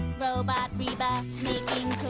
robot reba making